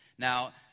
Now